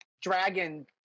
dragon